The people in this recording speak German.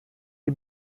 die